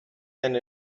and